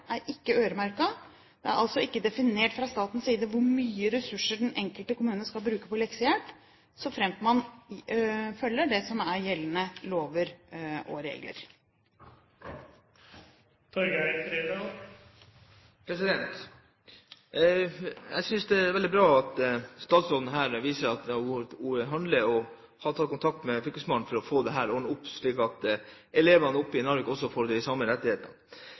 er ikke øremerket. Det er altså ikke definert fra statens side hvor mye ressurser den enkelte kommune skal bruke på leksehjelp, såfremt man følger det som er gjeldende lover og regler. Jeg synes det er veldig bra at statsråden her viser at hun handler, og at hun har tatt kontakt med fylkesmannen for å få ordnet opp i dette, slik at elevene i Narvik får de samme rettighetene